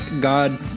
God